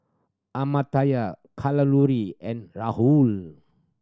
Amartya Kalluri and Rahul